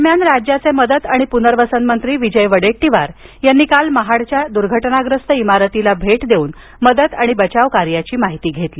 दरम्यान राज्याचे मदत आणि पुनर्वसन मंत्री विजय वडेट्टीवार यांनी काल महाडच्या दुर्घटनाग्रस्त इमारतीस भेट देऊन मदत आणि बचाव कार्याची माहिती घेतली